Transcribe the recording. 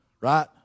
right